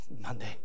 Monday